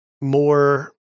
more